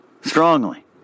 strongly